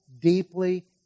deeply